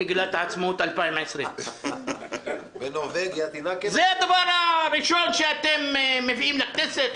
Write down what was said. מגילת העצמאות 2020. זה הדבר הראשון שאתם מביאים לכנסת,